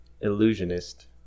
illusionist